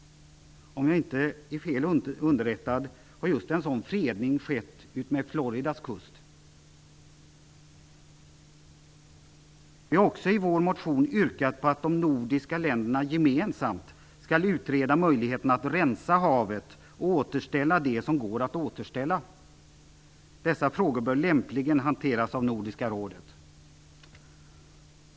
Om jag inte är fel underrättad har just en sådan "fredning" skett utmed Floridas kust. Vi har också i vår motion yrkat på att de nordiska länderna gemensamt skall utreda möjligheterna att rensa havet och återställa det som går att återställa. Dessa frågor bör lämpligen hanteras av Nordiska rådet.